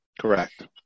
Correct